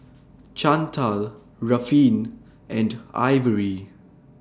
Chantal Ruffin and Ivory